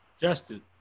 Justin